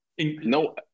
no